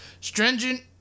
Stringent